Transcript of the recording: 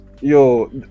Yo